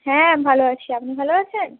হ্যাঁ ভালো আছি আপনি ভালো আছেন